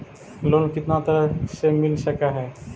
Loan कितना तरह से मिल सक है?